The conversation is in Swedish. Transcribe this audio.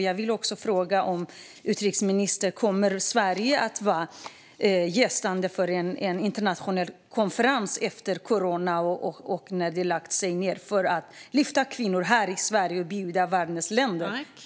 Jag vill fråga utrikesministern: Kommer Sverige, efter det att corona har lagt sig, att bjuda in världens länder till en internationell konferens här i Sverige för att lyfta upp kvinnor?